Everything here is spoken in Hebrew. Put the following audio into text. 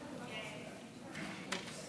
כנסת נכבדה, גברתי שרת